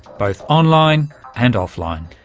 both online and offline.